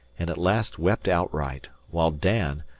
and at last wept outright, while dan,